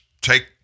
take